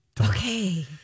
Okay